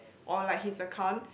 or like his account